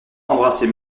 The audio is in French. embrassez